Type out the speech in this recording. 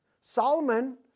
Solomon